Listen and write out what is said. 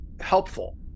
helpful